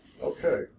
Okay